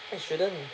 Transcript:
it shouldn't